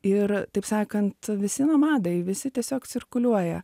ir taip sakant visi nomadai visi tiesiog cirkuliuoja